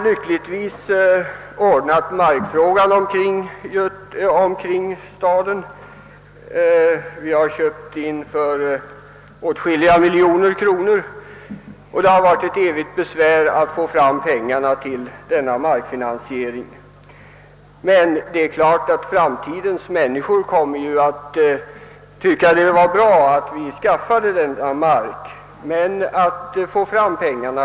Markfrågan kring staden har lyckligtvis ordnats genom att vi har köpt in för åtskilliga miljoner kronor, men det har varit ett stort besvär att få fram pengarna för denna markfinansiering. Framtidens människor kommer naturligtvis att uppskatta att vi en gång skaffade denna mark, men det svåra är just att få fram pengarna.